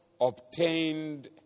obtained